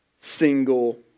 single